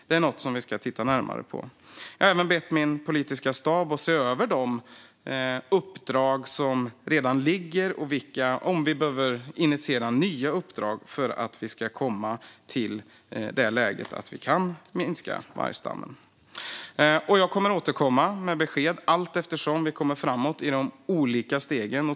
Detta är något vi ska titta närmare på. Jag har även bett min politiska stab att se över de uppdrag som redan ligger och se om vi behöver initiera nya uppdrag för att vi ska komma till det läget att vi kan minska vargstammen. Jag kommer att återkomma med besked allteftersom vi kommer framåt i de olika stegen.